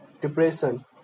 depression